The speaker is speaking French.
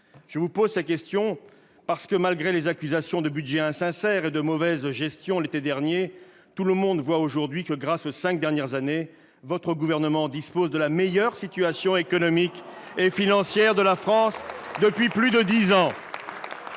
Je vous pose ces questions, parce que malgré les accusations, l'été dernier, de budget insincère et de mauvaise gestion, tout le monde voit aujourd'hui que, grâce aux cinq dernières années, votre gouvernement dispose de la meilleure situation économique et financière que la France ait connue depuis plus de dix ans.